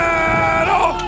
Battle